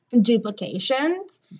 duplications